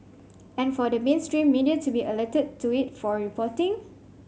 and for the mainstream media to be alerted to it for reporting